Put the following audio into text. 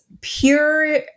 pure